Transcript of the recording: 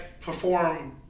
perform